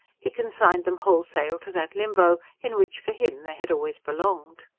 he consigned them wholesale to that limbo in which, for him, they had always belonged.